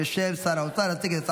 וייכנס לספר